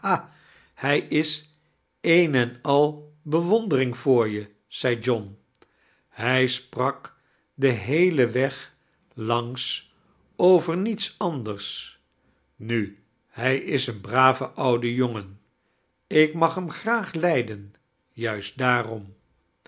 hij is een en al be wondering voor je zei john hij sprak den heelen weg langs over niete anders nu hij is eeai brave oude jongen ik mag hem graag lijden juist daarom